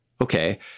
Okay